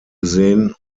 gesehen